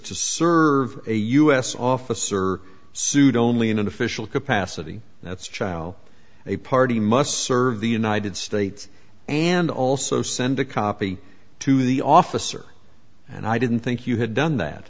to serve a u s officer suit only in an official capacity that's chow a party must serve the united states and also send a copy to the officer and i didn't think you had done that